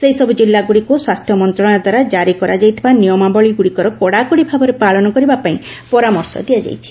ସେହିସବୁ ଜିଲ୍ଲାଗୁଡ଼ିକୁ ସ୍ୱାସ୍ଥ୍ୟ ମନ୍ତ୍ରଣାଳୟ ଦ୍ୱାରା କାରି କରାଯାଇଥିବା ନିୟମାବଳୀଗ୍ରଡ଼ିକର କଡ଼ାକଡ଼ି ଭାବେ ପାଳନ କରିବା ପାଇଁ ପରାମର୍ଶ ଦିଆଯାଇଛି